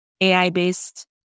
AI-based